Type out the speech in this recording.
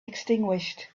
extinguished